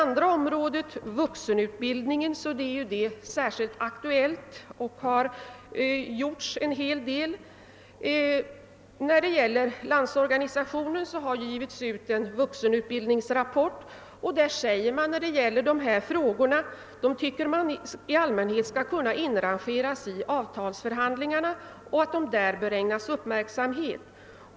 Vad sedan beträffar vuxenutbildningen är den ju nu särskilt aktuell, och det har gjorts en hel del på det området. Landsorganisationen har givit ut en vuxenutbildningsrapport vari det bl.a. framhålles följande: »Dessa frågor torde i allmänhet kunna inrangeras i avtalsförhandlingar och bör där ägnas uppmärksamhet.